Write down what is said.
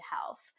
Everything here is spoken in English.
health